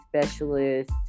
specialist